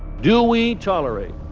do we tolerate,